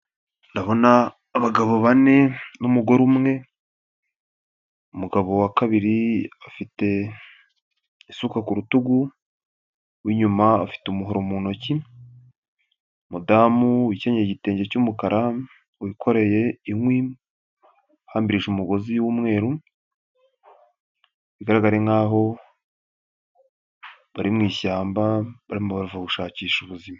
Ndabona abagabo bane n'umugore umwe. Umugabo wa kabiri afite isuka kurutugu rw'inyuma, afite umuhoro mu ntoki. Umudamu wikennyeye igitenge cy'umukara, wikoreye inkwi ahambirije umugozi w'umweru. Bigaraga nk'aho bari mu ishyamba barimo barava gushakisha ubuzima.